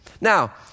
Now